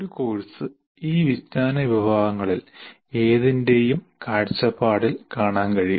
ഒരു കോഴ്സ് ഈ വിജ്ഞാന വിഭാഗങ്ങളിൽ ഏതിന്റെയും കാഴ്ചപ്പാടിൽ കാണാൻ കഴിയും